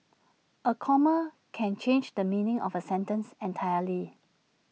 A comma can change the meaning of A sentence entirely